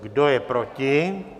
Kdo je proti?